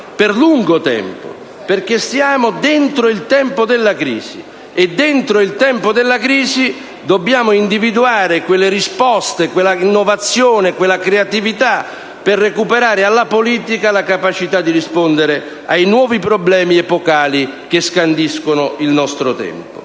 per lungo tempo, perché siamo dentro il tempo della crisi e dentro il tempo della crisi dobbiamo individuare quelle risposte, quell'innovazione, quella creatività per recuperare alla politica la capacità di rispondere ai nuovi problemi epocali che scandiscono il nostro tempo.